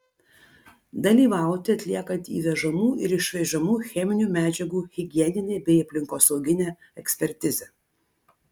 dalyvauti atliekant įvežamų ir išvežamų cheminių medžiagų higieninę bei aplinkosauginę ekspertizę